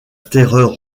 terreur